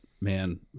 man